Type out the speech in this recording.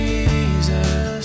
Jesus